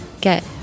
get